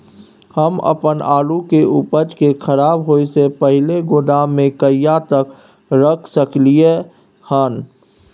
हम अपन आलू के उपज के खराब होय से पहिले गोदाम में कहिया तक रख सकलियै हन?